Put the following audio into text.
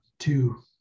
Two